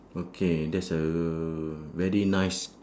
okay that's uh very nice